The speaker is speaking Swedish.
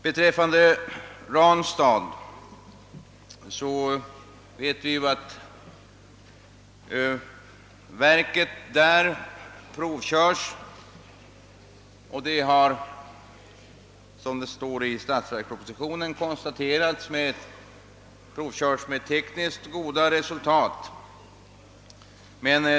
Beträffande Ranstad vet vi att verket, såsom det står i statsverkspropositionen, provkörts med tekniskt goda resultat.